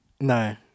no